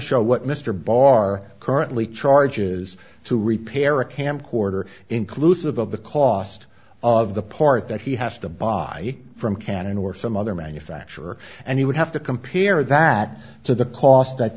show what mr barr currently charges to repair a camcorder inclusive of the cost of the part that he has to buy from canon or some other manufacturer and he would have to compare that to the cost that